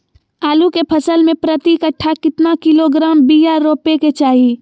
आलू के फसल में प्रति कट्ठा कितना किलोग्राम बिया रोपे के चाहि?